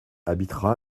habitera